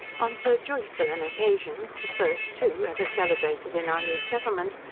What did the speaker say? on so joyful an occasion, the first too ever celebrated in our new settlement,